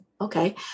okay